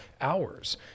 hours